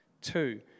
Two